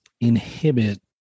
inhibit